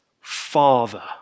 Father